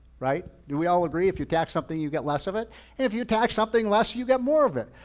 right? do we all agree if your tax something, you get less of it? and if you tag something less, you got more of it.